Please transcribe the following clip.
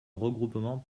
regroupement